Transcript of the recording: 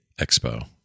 Expo